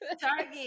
Target